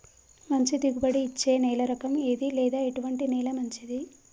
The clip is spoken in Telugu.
మంచి దిగుబడి ఇచ్చే నేల రకం ఏది లేదా ఎటువంటి నేల మంచిది?